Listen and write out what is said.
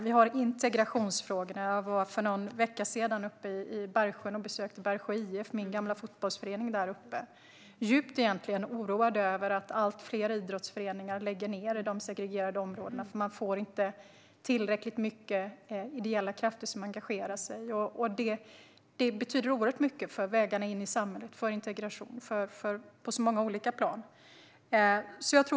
Vi har integrationsfrågorna. För någon vecka sedan var jag i Bergsjön och besökte Bergsjö IF, min gamla fotbollsförening där. Jag var egentligen djupt oroad över att allt fler idrottsföreningar läggs ned i de segregerade områdena, för de får inte tillräckligt många ideella krafter som engagerar sig. Föreningarna betyder oerhört mycket för vägarna in i samhället och för integration på olika plan.